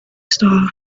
star